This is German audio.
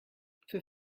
für